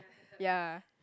ya